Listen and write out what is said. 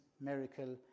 miracle